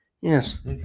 Yes